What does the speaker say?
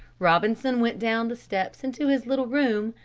robinson went down the steps into his little room,